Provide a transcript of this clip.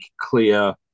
clear